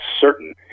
certain